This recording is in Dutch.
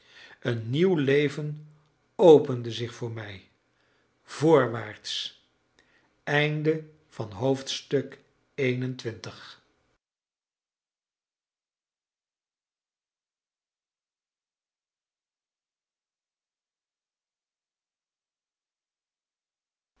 een nieuw leven opende zich voor mij voorwaarts